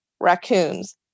raccoons